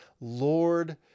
Lord